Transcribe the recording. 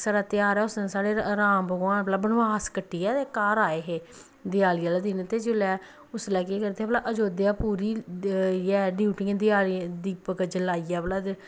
साढ़ा तेहार ऐ उस दिन साढ़े राम भगवान भला बनवास कट्टियै ते घर आए हे दआली आह्ले दिन ते जेल्लै उसलै केह् करदे हे भला आयोध्या पूरी इ'यै ड्यूटियें देआली दीये दीपक जलाइयै भला ते